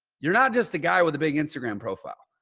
you're not just the guy with the big instagram profile.